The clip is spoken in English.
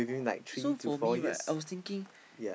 so for me right I was thinking